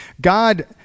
God